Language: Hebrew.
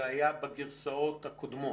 זה היה בגרסאות הקודמות.